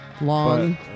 Long